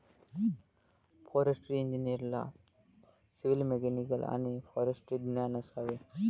forestry इंजिनिअरला civil, mechanical आणि फॉरेस्ट्रीचे ज्ञान असावे